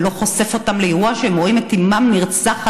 ולא חושף אותם לאירוע שבו הם רואים את אימם נרצחת,